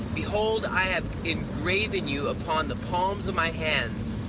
behold i have engraven you upon the palms on my hands,